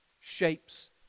shapes